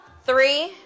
three